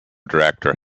director